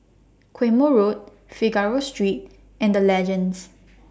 Quemoy Road Figaro Street and The Legends